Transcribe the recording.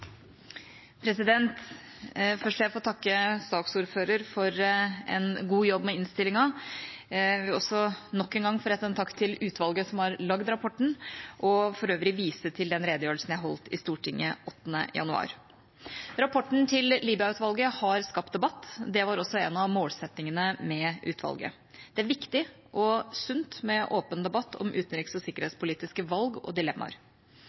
til. Først vil jeg få takke saksordføreren for en god jobb med innstillinga. Jeg vil også nok en gang få rette en takk til utvalget som har lagd rapporten, og vil for øvrig vise til den redegjørelsen jeg holdt i Stortinget den 8. januar. Rapporten til Libya-utvalget har skapt debatt. Det var også en av målsettingene med utvalget. Det er viktig og sunt med åpen debatt om utenriks- og sikkerhetspolitiske valg og dilemmaer.